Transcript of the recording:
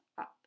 up